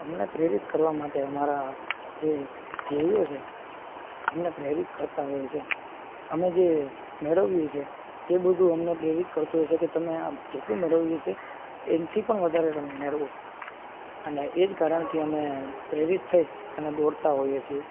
અમને પ્રેરિત કરવા માટે અમારા જે ધ્યેયો છે અમને પ્રેરિત કરતાં હોય છે અમે જે મેળવ્યું છે એ બધું અમને પ્રેરિત કરતું હશે કે તમે આમ જેટલું મેળવ્યું છે એથી પણ વધારે તમે મેળવો અને એ જ કારણથી અમે પ્રેરિત થઈ અને દોડતા હોઈએ છીએ